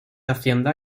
hacienda